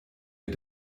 ihr